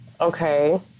Okay